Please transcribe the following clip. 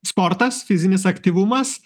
sportas fizinis aktyvumas